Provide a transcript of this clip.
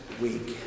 week